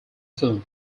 film